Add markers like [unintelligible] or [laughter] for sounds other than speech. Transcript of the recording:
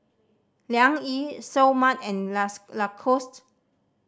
Liang Yi Seoul Mart and [unintelligible] Lacoste